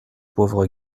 pauvre